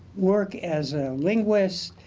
work as a linguist,